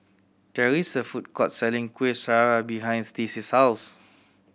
there is a food court selling Kueh Syara behind Stacy's house